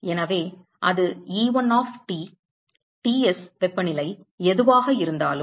எனவே அது E1 of T Ts வெப்பநிலை எதுவாக இருந்தாலும்